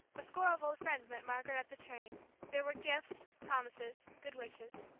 a score of old friends met margaret at the train there were gifts, promises, good wishes.